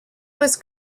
was